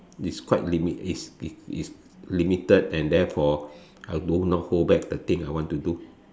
is quite limi~ is is is limited and therefore I do not hold back the thing I want to do